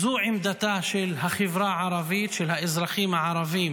זו עמדתה של החברה הערבית, של האזרחים הערבים